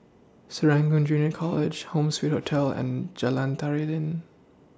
Serangoon Junior College Home Suite Hotel and Jalan Tari Lilin